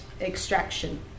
extraction